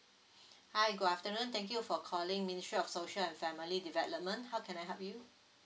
hi good afternoon thank you for calling ministry of social and family development how can I help you